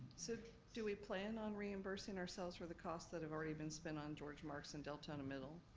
so do we plan on reimbursing ourselves for the costs that have already been spent on george marks and deltona middle?